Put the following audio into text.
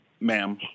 ma'am